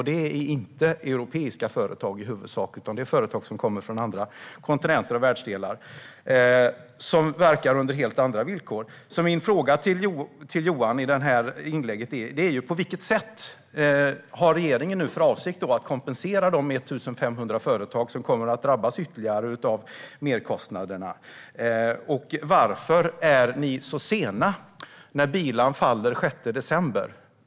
Det är i huvudsak inte europeiska företag, utan det handlar om företag som kommer från andra kontinenter och världsdelar. De verkar under helt andra villkor. Mina frågor till Johan är: På vilket sätt har regeringen för avsikt att kompensera de 1 500 företag som nu kommer att drabbas ytterligare av merkostnaderna? Och varför är ni så sena - bilan faller ju den 6 december?